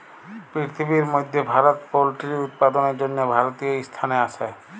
পিরথিবির ম্যধে ভারত পোলটিরি উৎপাদনের জ্যনহে তীরতীয় ইসথানে আসে